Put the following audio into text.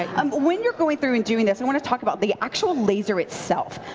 ah um when you're going through and doing this, i want to talk about the actual laser itself.